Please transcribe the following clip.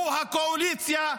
היא הקואליציה,